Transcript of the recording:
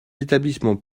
établissements